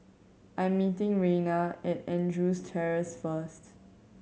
I'm meeting Reyna at Andrews Terrace first